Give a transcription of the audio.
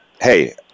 hey